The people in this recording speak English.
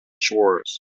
shores